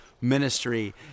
ministry